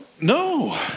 No